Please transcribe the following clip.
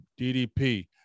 DDP